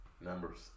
Numbers